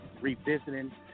revisiting